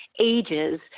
ages